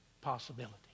possibility